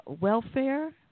Welfare